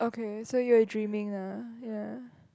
okay so you were dreaming lah ya